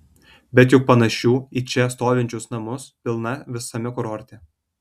bet juk panašių į čia stovinčius namus pilna visame kurorte